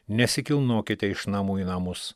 nesikilnokite iš namų į namus